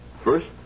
First